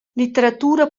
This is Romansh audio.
litteratura